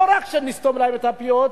לא רק נסתום להם את הפיות: